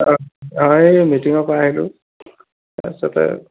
অঁ অঁ এই মিটিঙপৰা আহিলোঁ তাৰপিছতে